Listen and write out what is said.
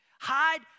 Hide